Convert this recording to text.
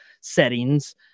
settings